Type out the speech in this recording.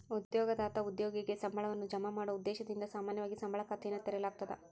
ಉದ್ಯೋಗದಾತ ಉದ್ಯೋಗಿಗೆ ಸಂಬಳವನ್ನ ಜಮಾ ಮಾಡೊ ಉದ್ದೇಶದಿಂದ ಸಾಮಾನ್ಯವಾಗಿ ಸಂಬಳ ಖಾತೆಯನ್ನ ತೆರೆಯಲಾಗ್ತದ